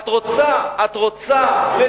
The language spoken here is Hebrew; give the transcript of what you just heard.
את רוצה לסייע,